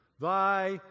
thy